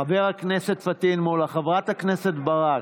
חבר הכנסת פטין מולא, חברת הכנסת ברק,